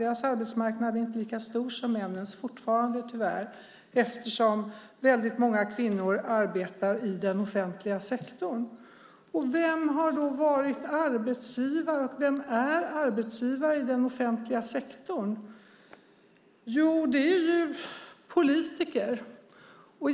Deras arbetsmarknad är inte lika stor som männens fortfarande tyvärr, eftersom väldigt många kvinnor arbetar i den offentliga sektorn. Vem har då varit arbetsgivare, och vem är arbetsgivare i den offentliga sektorn? Det är politiker.